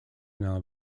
nile